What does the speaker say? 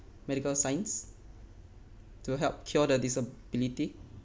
medical science to help cure the disability